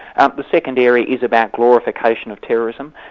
um the second area is about glorification of terrorism.